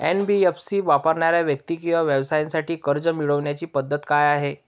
NBFC वापरणाऱ्या व्यक्ती किंवा व्यवसायांसाठी कर्ज मिळविण्याची पद्धत काय आहे?